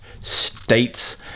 states